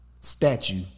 statue